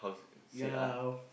yea